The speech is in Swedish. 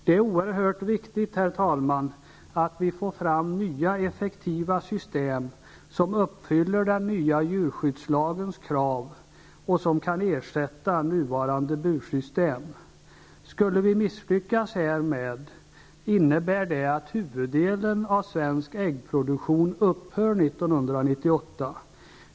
Det är oerhört viktigt att vi får fram nya effektiva system som uppfyller den nya djurskyddslagens krav och vilka kan ersätta nuvarande bursystem. Skulle vi misslyckas härmed innebär det att huvuddelen av svensk äggproduktion upphör år 1998.